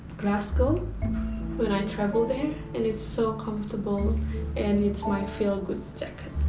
glasgow when i traveled there. and it's so comfortable and it's my feel-good jacket.